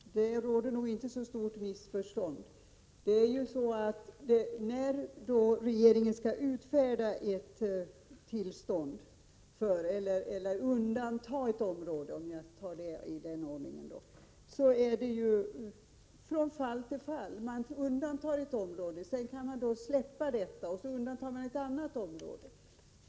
Herr talman! Det råder nog inte så stort missförstånd. När regeringen skall undanta ett område, sker det ju en prövning från fall till fall. Man beviljar alltså undantag för ett område. Detta undantag kan sedan upphävas, varefter man beviljar undantag för ett annat område.